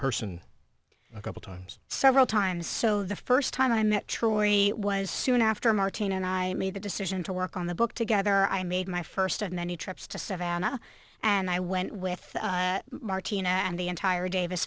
person a couple times several times so the first time i met troy was soon after martine and i made the decision to work on the book together i made my first of many trips to savannah and i went with martina and the entire davis